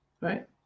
right